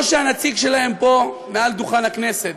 או שהנציג שלהם פה מעל דוכן הכנסת,